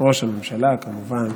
ראש הממשלה, כמובן,